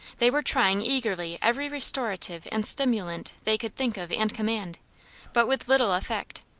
they were trying eagerly every restorative and stimulant they could think of and command but with little effect.